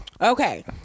Okay